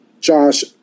Josh